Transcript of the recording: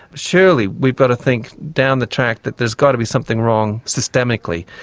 surely we've got to think down the track that there's got to be something wrong, systemically,